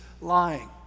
lying